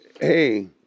hey